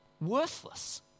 worthless